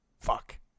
fuck